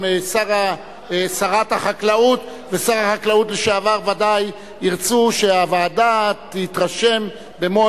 גם שרת החקלאות ושר החקלאות לשעבר ודאי ירצו שהוועדה תתרשם במו